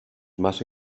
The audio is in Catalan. massa